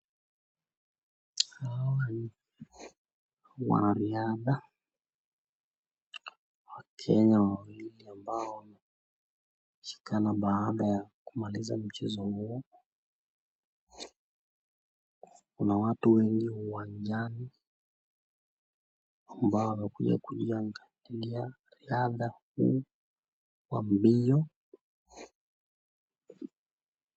Wanariadha wakenya wawili ambao wameshikana baada ya kumaliza mchezo huo. Kuna watu wengi uwanjani ambao wamekuja kuiangalia riadha hii kwa mbio.